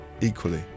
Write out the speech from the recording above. equally